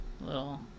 little